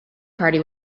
party